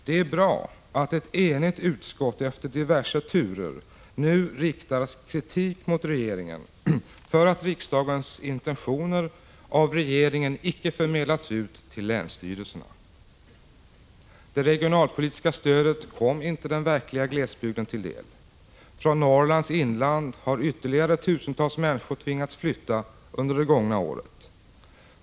Det är bra att ett enigt utskott efter diverse turer nu riktar kritik mot regeringen för att riksdagens intentioner av regeringen icke förmedlats ut till länsstyrelserna. — Prot. 1985/86:146 Det regionalpolitiska stödet kom inte den verkliga glesbygden till del. Från 21 maj 1986 Norrlands inland har ytterligare tusentals människor tvingats flytta under det gångna året.